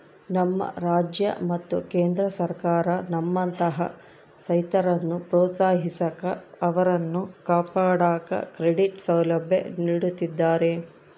ನಮ್ಮ ರಾಜ್ಯ ಮತ್ತು ಕೇಂದ್ರ ಸರ್ಕಾರ ನಮ್ಮಂತಹ ರೈತರನ್ನು ಪ್ರೋತ್ಸಾಹಿಸಾಕ ಅವರನ್ನು ಕಾಪಾಡಾಕ ಕ್ರೆಡಿಟ್ ಸೌಲಭ್ಯ ನೀಡುತ್ತಿದ್ದಾರೆ